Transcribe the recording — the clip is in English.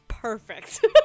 perfect